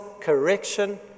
correction